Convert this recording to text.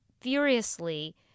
furiously